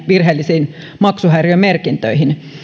virheellisiin maksuhäiriömerkintöihin